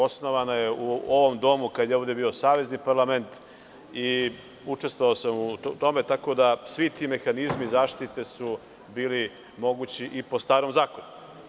Osnovana je u ovom domu kada je ovde bio Savezni parlament i učestvovao sam u tome, tako da svi ti mehanizmi zaštite su bili mogući i po starom zakonu.